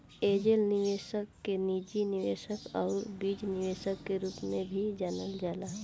angel निवेशक के निजी निवेशक आउर बीज निवेशक के रूप में भी जानल जाला